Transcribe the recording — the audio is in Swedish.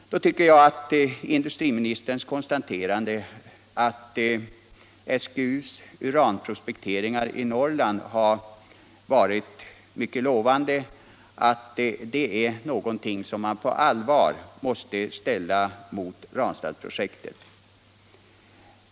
Därför tycker jag att industriministerns konstaterande att SGU:s uranprospektering i Norrland har varit mycket lovande är någonting som man på allvar måste ställa mot Ranstadsprojektet.